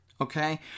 okay